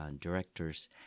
directors